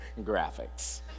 Graphics